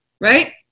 right